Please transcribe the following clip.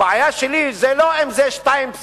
הבעיה שלי היא לא אם זה 2.6%,